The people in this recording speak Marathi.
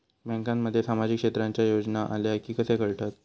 बँकांमध्ये सामाजिक क्षेत्रांच्या योजना आल्या की कसे कळतत?